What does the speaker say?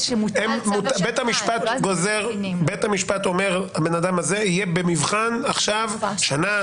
בית המשפט אומר שהבן אדם הזה יהיה במבחן עכשיו שנה,